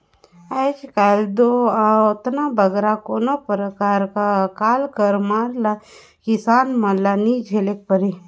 आएज काएल दो ओतना बगरा कोनो परकार कर अकाल कर मार ल किसान मन ल नी झेलेक परे